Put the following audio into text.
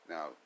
Now